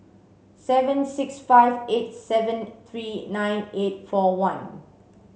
seven six five eight seven three nine eight four one